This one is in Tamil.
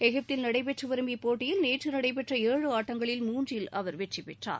எகிப்தில் நடைபெற்றுவரும் இப்போட்டியில் நேற்று நடைபெற்ற ஏழு ஆட்டங்களில் மூன்றில் அவர் வெற்றி பெற்றார்